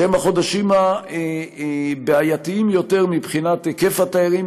שהם החודשים הבעייתיים יותר מבחינת היקף התיירים,